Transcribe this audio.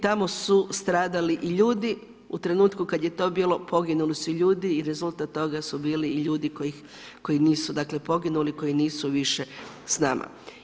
Tamo su stradali i ljudi, u trenutku kad je to bilo poginuli su i ljudi i rezultat toga su bili i ljudi koji nisu dakle poginuli, koji nisu više s nama.